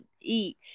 eat